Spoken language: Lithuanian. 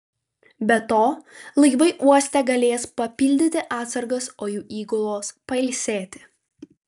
be to laivai uoste galės papildyti atsargas o jų įgulos pailsėti